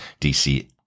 DC